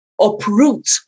uproot